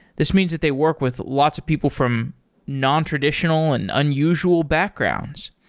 this means that they work with lots of people from nontraditional and unusual backgrounds.